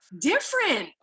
Different